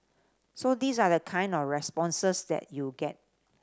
so these are the kind of responses that you'd get